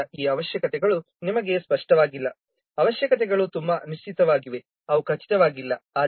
ಆದ್ದರಿಂದ ಈ ಅವಶ್ಯಕತೆಗಳು ನಿಮಗೆ ಸ್ಪಷ್ಟವಾಗಿಲ್ಲ ಅವಶ್ಯಕತೆಗಳು ತುಂಬಾ ಅನಿಶ್ಚಿತವಾಗಿವೆ ಅವು ಖಚಿತವಾಗಿಲ್ಲ